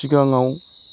सिगाङाव